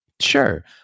Sure